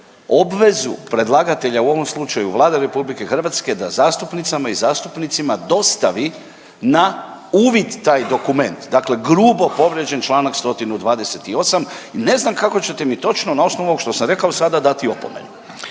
obvezu predlagatelja, u ovom slučaju Vlade RH da zastupnicama i zastupnicima dostavi na uvid taj dokument. Dakle, grubo povrijeđen čl. 128. i ne znam kako ćete mi točno na osnovu ovog što sam rekao sada dati opomenu.